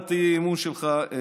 הצעת האי-אמון שלך,